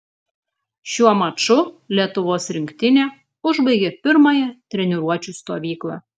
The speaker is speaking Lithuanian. šiuo maču lietuvos rinktinė užbaigė pirmąją treniruočių stovyklą